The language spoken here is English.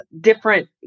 different